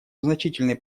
значительный